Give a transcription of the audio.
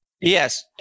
Yes